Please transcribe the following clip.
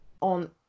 on